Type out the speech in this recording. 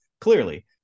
clearly